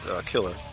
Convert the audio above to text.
Killer